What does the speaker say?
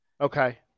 Okay